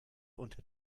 unter